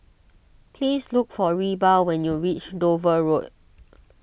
please look for Reba when you reach Dover Road